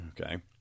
Okay